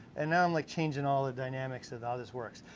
and now i'm like changin' all the dynamics of how this works.